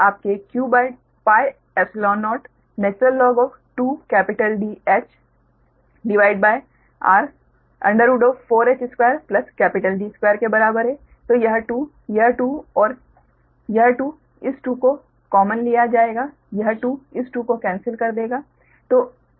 तो यह 2 यह 2 और यह 2 इस 2 को कॉमन लिया जाएगा यह 2 इस 2 को कैन्सल कर देगा